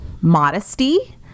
modesty